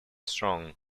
strong